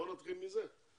בואי נתחיל מזה.